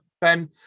ben